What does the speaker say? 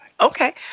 Okay